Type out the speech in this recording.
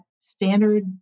standard